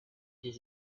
this